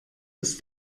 ist